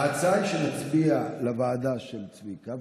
ההצעה היא שנצביע לוועדה של צביקה,